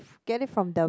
get it from the